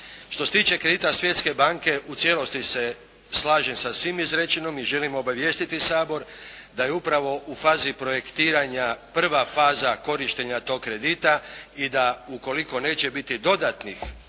Što se tiče kredita Svjetske banke u cijelosti se slažem sa svim izrečenim i želim obavijestiti Sabor da je upravo u fazi projektiranja prva faza korištenja tog kredita i da ukoliko neće biti dodatnih